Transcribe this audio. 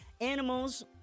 animals